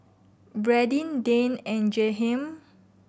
Bradyn Dayne and Jahiem